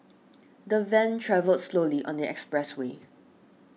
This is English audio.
the van travelled slowly on the expressway